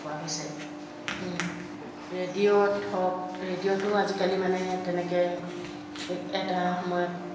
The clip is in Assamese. কোৱা হৈছে ৰেডিঅ'ত হওক ৰেডিঅ'টো আজিকালি মানে তেনেকৈ এটা সময়ত